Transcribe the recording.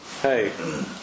hey